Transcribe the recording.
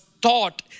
taught